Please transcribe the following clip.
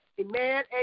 amen